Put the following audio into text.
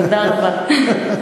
תודה רבה.